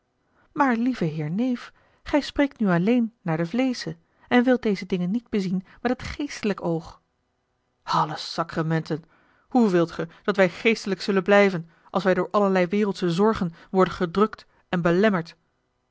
maar lieve heer neef gij spreekt nu alleen naar den vleesche en wilt deze dingen niet bezien met het geestelijk oog alle sacramenten hoe wilt ge dat wij geestelijk zullen blijven als wij door allerlei wereldsche zorgen worden gedrukt en belemmerd